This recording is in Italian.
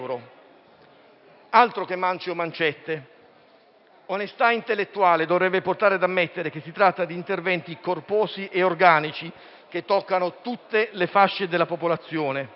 Altro che mance o mancette! Onestà intellettuale dovrebbe portare ad ammettere che si tratta di interventi corposi e organici che toccano tutte le fasce della popolazione.